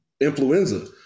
influenza